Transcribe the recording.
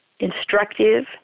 instructive